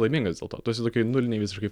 laimingas dėl to tu esi tokioj nulinėj visiškai